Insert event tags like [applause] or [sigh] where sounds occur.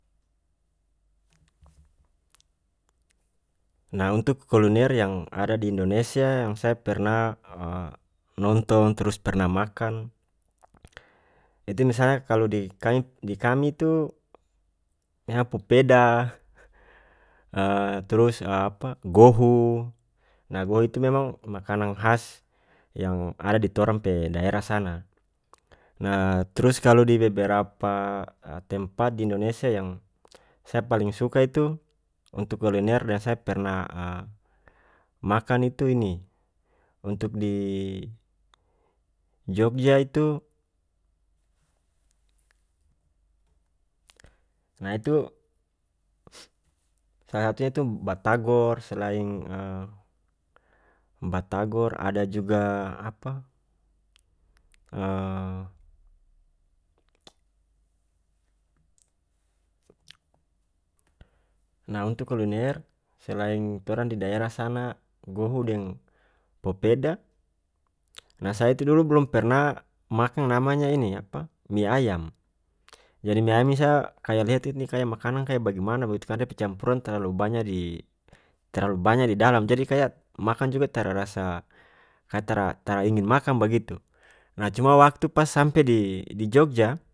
Nah untuk kuliner yang ada di indonesia yang saya pernah [hesitation] nonton trus pernah makan itu misalnya kalu di kai- di kami itu yah pupeda [hesitation] trus [hesitation] apa gohu nah gohu itu memang makanang has yang ada di torang pe daerah sana nah trus kalu di beberapa [hesitation] tempat di indonesia yang saya paling suka itu untuk kuliner dan saya pernah [hesitation] makan itu ini untuk di jogja itu nah itu salah satunya itu b- batagor selain [hesitation] batagor ada juga apa [hesitation] nah untuk kuliner selain torang di daerah sana gohu deng popeda nah saya itu dulu bolom pernah makang namanya ini apa mi ayam jadi mi ayam ini saya kaya liat ini kaya makanang kaya bagimana bagitu karna dia pe campuran talalu banya di- terlalu banya di dalam jadi kaya makang juga tara rasa kaya tara- tara ingin makang bagitu nah cuma waktu pas sampe di- di jogja.